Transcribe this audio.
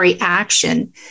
action